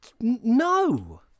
no